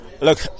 Look